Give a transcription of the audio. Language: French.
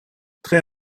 très